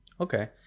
Okay